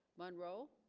monroe